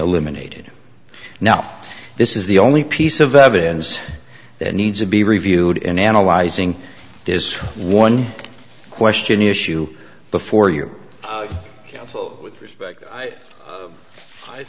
eliminated now this is the only piece of evidence that needs to be reviewed in analyzing this one question issue before you